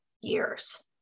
years